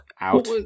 out